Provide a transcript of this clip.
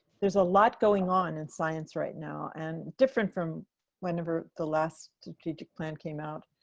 there's a lot going on in science right now, and different from whenever the last strategic plan came out,